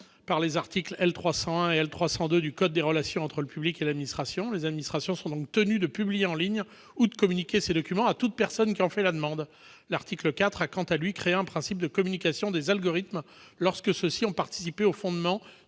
par les articles L. 300-1 et L. 300-2 du code des relations entre le public et l'administration. Les administrations sont donc tenues de publier en ligne ou de communiquer ces documents à toute personne qui en fait la demande. L'article 4 de cette même loi a, quant à lui, créé un principe de communication des algorithmes, lorsque ceux-ci ont participé au fondement